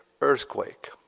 earthquake